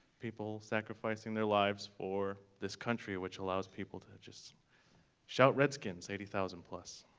people sacrificing their lives for this country which allows people to just shout redskins eighty thousand plus.